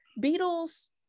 Beatles